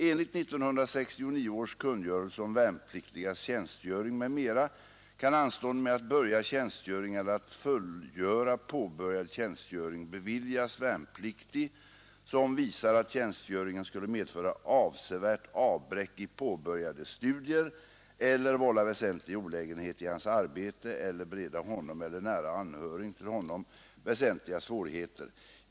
Enligt 1969 års kungörelse om värnpliktigas tjänstgöring m, m. kan anstånd med att börja tjänstgöring eller att fullgöra påbörjad tjänstgöring beviljas värnpliktig som visar att tjänstgöringen skulle medföra avsevärt avbräck i påbörjade studier eller vålla väsentlig olägenhet i hans arbete eller bereda honom eller nära anhörig till honom väsentliga svårigheter.